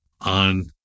on